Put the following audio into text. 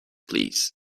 please